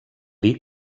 dir